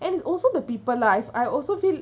and is also the people lah I also feel